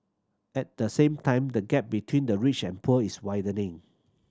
at the same time the gap between the rich and poor is widening